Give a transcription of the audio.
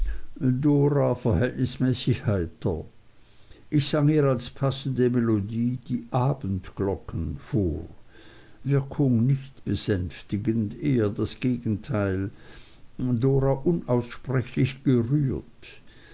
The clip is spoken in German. d verhältnismäßig heiter ich sang ihr als passende melodie die abendglocken vor wirkung nicht besänftigend eher das gegenteil d unaussprechlich gerührt